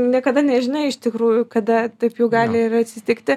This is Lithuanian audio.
niekada nežinai iš tikrųjų kada taip jau gali ir atsitikti